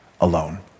alone